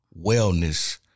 wellness